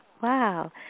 Wow